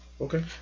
Okay